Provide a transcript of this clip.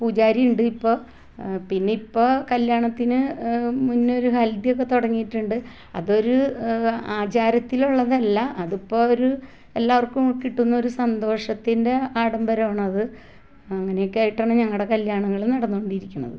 പൂജാരിയുണ്ട് ഇപ്പോൾ പിന്നെ ഇപ്പോൾ കല്യാണത്തിന് മുന്നേ ഒരു ഹല്ദിയൊക്കെ തുടങ്ങിയിട്ടുണ്ട് അതൊരു ആചാരത്തിൽ ഉള്ളതല്ല അതിപ്പോൾ ഒരു എല്ലാവര്ക്കും കിട്ടുന്ന ഒരു സന്തോഷത്തിന്റെ ആഡംബരാണത് അങ്ങനെയൊക്കെയായിട്ടാണ് ഞങ്ങളുടെ കല്യാണങ്ങള് നടന്നുകൊണ്ടിരിക്കുന്നത്